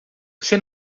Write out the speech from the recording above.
você